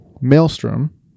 Maelstrom